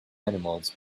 animals